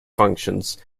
functions